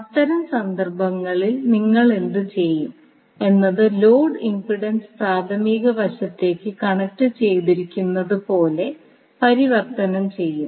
അത്തരം സന്ദർഭങ്ങളിൽ നിങ്ങൾ എന്തുചെയ്യും എന്നത് ലോഡ് ഇംപെഡൻസ് പ്രാഥമിക വശത്തേക്ക് കണക്റ്റു ചെയ്തിരിക്കുന്നതു പോലെ പരിവർത്തനം ചെയ്യും